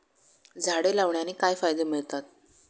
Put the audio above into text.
झाडे लावण्याने काय फायदे मिळतात?